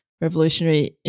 revolutionary